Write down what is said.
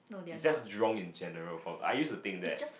it's just Jurong in general form I used to think that